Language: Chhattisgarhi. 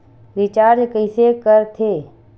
रिचार्ज कइसे कर थे?